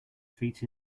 feet